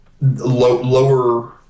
lower